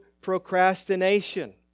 procrastination